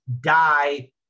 die